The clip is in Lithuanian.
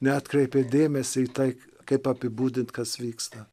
neatkreipia dėmesį į tai kaip apibūdint kas vyksta